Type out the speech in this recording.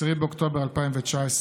10 באוקטובר 2019,